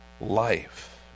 life